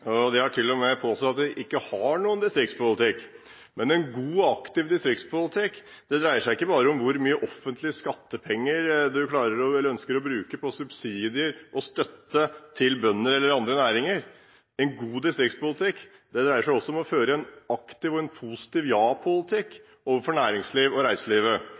har til og med påstått at vi ikke har noen distriktspolitikk. Men en god og aktiv distriktspolitikk dreier seg ikke bare om hvor mye offentlige skattepenger du ønsker å bruke på subsidier og støtte til bønder eller andre næringer. En god distriktspolitikk dreier seg også om å føre en aktiv og positiv ja-politikk overfor næringsliv og